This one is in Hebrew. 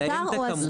מותר או אסור?